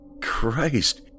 Christ